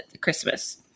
Christmas